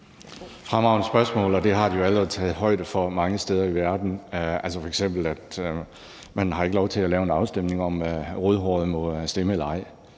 Fremragende spørgsmål. Det har de jo allerede taget højde for mange steder i verden. Altså, f.eks. har man ikke lov til at lave en afstemning om, om rødhårede må stemme eller ej;